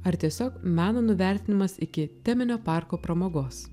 ar tiesiog meno nuvertinimas iki teminio parko pramogos